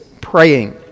praying